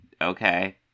okay